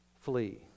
Flee